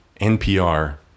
NPR